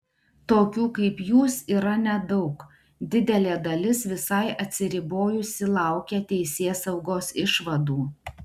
tokių kaip jūs yra nedaug didelė dalis visai atsiribojusi laukia teisėsaugos išvadų